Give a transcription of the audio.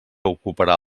ocuparà